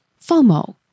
FOMO